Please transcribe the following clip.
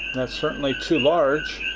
that's certainly too large.